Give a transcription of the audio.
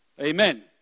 Amen